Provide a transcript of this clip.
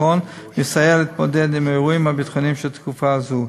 ביטחון ויסייע להתמודד עם האירועים הביטחוניים של תקופה זו.